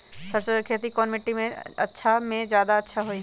सरसो के खेती कौन मिट्टी मे अच्छा मे जादा अच्छा होइ?